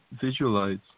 visualize